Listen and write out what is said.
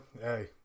Hey